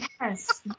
Yes